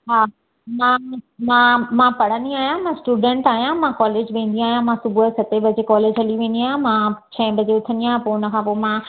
हा मां मां मां पढ़ंदी अहियां मां स्टूडंट अहियां मां कॉलेज विंदी अहियां मां सुबुयो सते बजे कॉलेज हली विंदी अहियां मां छहे बजे उथंदी अहियां पो उनखां पो मां